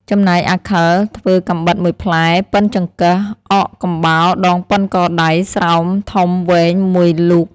ចំណែកអាខិលធ្វើកាំបិត ១ផ្លែ ប៉ុនចង្កឹះអកកំបោរដងប៉ុនកដៃ ស្រោមធំវែងមួយលូក។